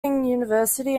university